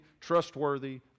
trustworthy